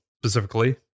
Specifically